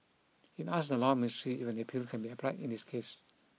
it asked the Law Ministry if an appeal can be applied in this case